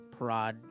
Parad